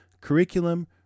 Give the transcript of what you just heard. curriculum